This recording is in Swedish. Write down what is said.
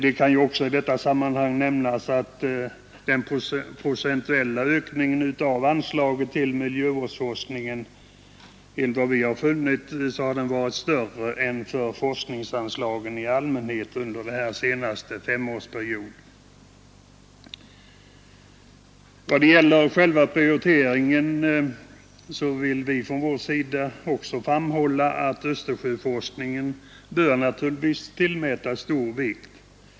Det kan i detta sammanhang också nämnas att den procentuella ökningen av anslaget till miljövårdsforskning enligt vad vi funnit varit större än för forskningsanslagen i allmänhet under den senaste femårsperioden. I vad gäller prioriteringen vill vi från vår sida framhålla att Östersjöforskningen bör tillmätas stor vikt.